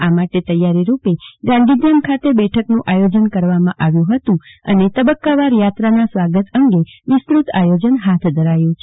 આ માટે તૈયારીરૂપે ગાંધીધામ ખાતે બેઠકનું આયોજન કરવામાં આવ્યું હતું અને તબક્કાવાર યાત્રાના સ્વાગત અંગે વિસ્તૃત આયોજન હાથ ધરાયું છે